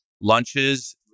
lunches